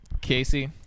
Casey